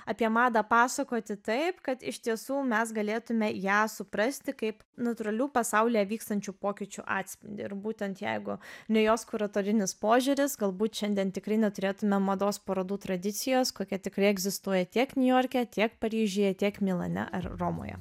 apie madą pasakoti taip kad iš tiesų mes galėtume ją suprasti kaip natūralių pasaulyje vykstančių pokyčių atspindį ir būtent jeigu nei jos kuratorinis požiūris galbūt šiandien tikrai neturėtumėme mados parodų tradicijos kokia tikrai egzistuoja tiek niujorke tiek paryžiuje tiek milane ar romoje